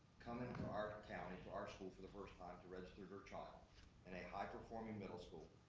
come into our county, to our school for the first time to register their child in a high performing middle school,